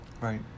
Right